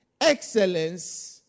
Excellence